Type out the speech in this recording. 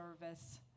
service